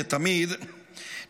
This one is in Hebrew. כתמיד,